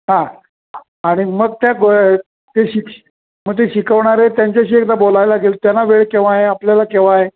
हा आणि मग त्या ग ते शिक मग ते शिकवणारे त्यांच्याशी एकदा बोलायला लागेल त्यांना वेळ केव्हा आहे आपल्याला केव्हा आहे